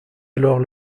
alors